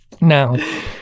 now